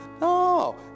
No